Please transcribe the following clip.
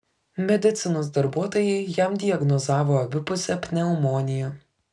medicinos darbuotojai jam diagnozavo abipusę pneumoniją